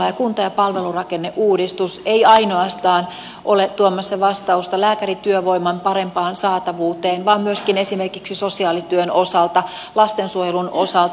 kunta ja palvelurakenneuudistus ei ole tuomassa vastausta ainoastaan lääkärityövoiman parempaan saatavuuteen vaan myöskin esimerkiksi sosiaalityön ja lastensuojelun osalta